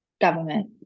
government